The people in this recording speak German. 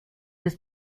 des